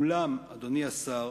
אולם, אדוני השר,